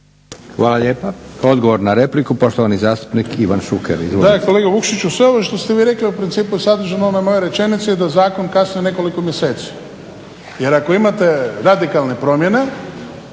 Hvala lijepa. Odgovor na repliku poštovani zastupnik Ivan Šuker.